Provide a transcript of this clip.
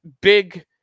big